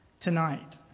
tonight